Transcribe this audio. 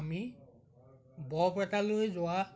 আমি বৰপেটালৈ যোৱা